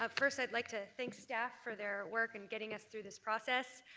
ah first, i'd like to thank staff for their work in getting us through this process.